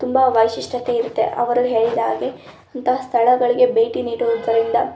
ತುಂಬ ವೈಶಿಷ್ಟ್ಯತೆ ಇರುತ್ತೆ ಅವರು ಹೇಳಿದ ಹಾಗೆ ಅಂತಹ ಸ್ಥಳಗಳಿಗೆ ಭೇಟಿ ನೀಡುವುದರಿಂದ